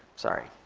sorry.